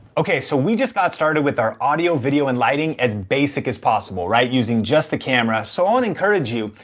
okay, so we just got started with our audio, video and lighting as basic as possible, right, using just the camera. so i wanna encourage you,